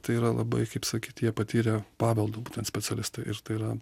tai yra labai kaip sakyt jie patyrę paveldo būtent specialistai ir tai yra